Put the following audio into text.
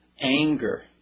anger